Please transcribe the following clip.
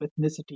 ethnicity